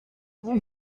why